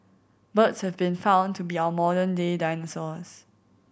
birds have been found to be our modern day dinosaurs